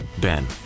ben